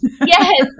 yes